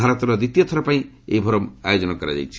ଭାରତରେ ଦ୍ୱିତୀୟ ଥର ପାଇଁ ଏହି ଫୋରମର ଆୟୋଜନ କରିଛି